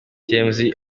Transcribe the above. tmc